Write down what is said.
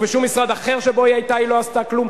ובשום משרד אחר שבו היא היתה היא לא עשתה כלום,